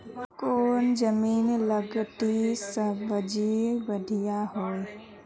कौन जमीन लत्ती सब्जी बढ़िया हों?